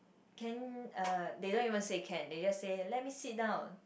can uh they don't even say can they just say let me sit down